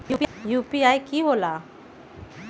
UPI कि होला?